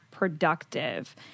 productive